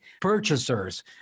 purchasers